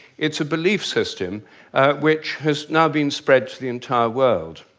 it's a belief system which has now been spread to the entire world.